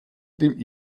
dem